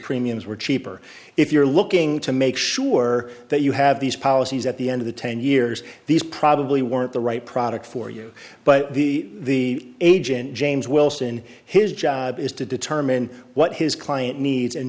premiums were cheap or if you're looking to make sure that you have these policies at the end of the ten years these probably weren't the right product for you but the agent james wilson his job is to determine what his client needs and